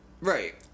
Right